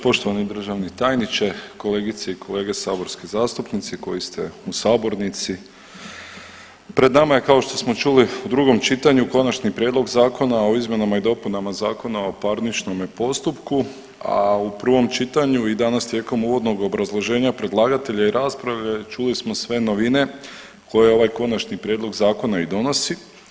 Poštovani državni tajniče, kolegice i kolege saborski zastupnici koji ste u sabornici, pred nama je kao što smo čuli u drugom čitanju Konačni prijedlog Zakona o izmjenama i dopunama Zakona o parničnome postupku, a u prvom čitanju i danas tijekom uvodnog obrazloženja predlagatelja i rasprave čuli smo sve novine koje ovaj konačni prijedlog zakona i donosi.